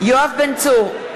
יואב בן צור,